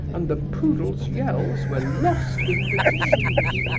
and the poodle's yells were lost in the distance.